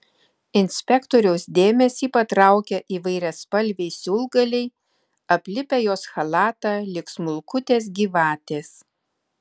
inspektoriaus dėmesį patraukia įvairiaspalviai siūlgaliai aplipę jos chalatą lyg smulkutės gyvatės